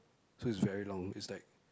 so is very long is like